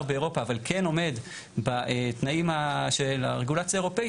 באירופה אבל כן עומד בתנאים של הרגולציה האירופית,